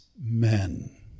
men